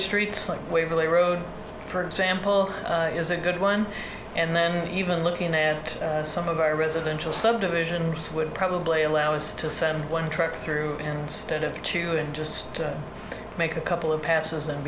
streets like waverly road for example is a good one and then even looking at some of our residential subdivision it would probably allow us to send one truck through in stead of two and just to make a couple of passes and